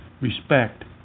respect